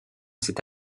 cette